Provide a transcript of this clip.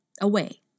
away